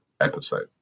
episode